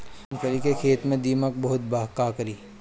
मूंगफली के खेत में दीमक बहुत बा का करी?